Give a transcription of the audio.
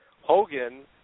Hogan